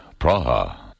Praha